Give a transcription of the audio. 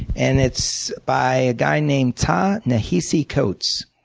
and it's by a guy named ta nehisi coates.